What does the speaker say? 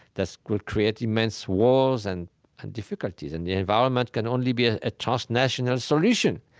that will create immense wars and and difficulties. and the environment can only be a ah transnational solution.